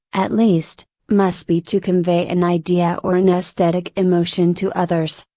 at least, must be to convey an idea or an aesthetic emotion to others,